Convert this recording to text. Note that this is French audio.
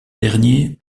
dernier